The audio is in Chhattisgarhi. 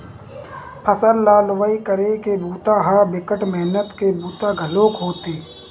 फसल ल लुवई करे के बूता ह बिकट मेहनत के बूता घलोक होथे